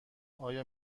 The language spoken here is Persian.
آیا